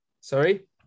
Sorry